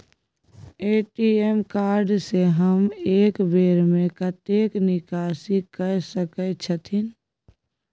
ATM card से हम एक बेर में कतेक निकासी कय सके छथिन?